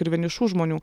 ir vienišų žmonių